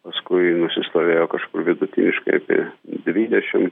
paskui nusistovėjo kažkur vidutiniškai apie dvidešim